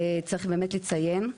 וצריך באמת לציין.